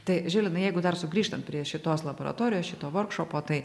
tai žilvinai jeigu dar sugrįžtant prie šitos laboratorijos šito vorkšopo tai